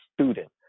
student